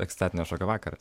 ekstatinio šokio vakaras